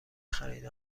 خرید